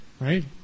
right